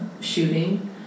shooting